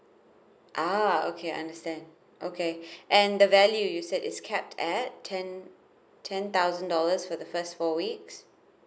!ah! okay understand okay and the value you said is capped at ten ten thousand dollars for the first four weeks